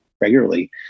regularly